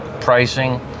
pricing